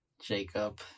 Jacob